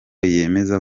yemeza